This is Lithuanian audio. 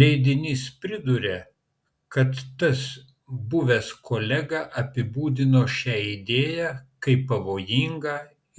leidinys priduria kad tas buvęs kolega apibūdino šią idėją kaip pavojingą